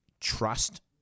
trust